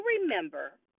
remember